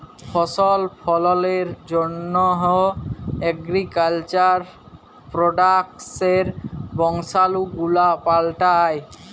ফসল ফললের জন্হ এগ্রিকালচার প্রডাক্টসের বংশালু গুলা পাল্টাই